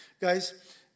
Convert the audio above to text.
Guys